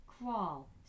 crawl